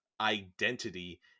identity